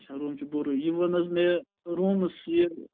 اچھا روٗم چھِ بوٚڈٕے یہِ وَن حظ مےٚ روٗمَس یہِ